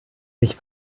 ich